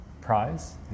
prize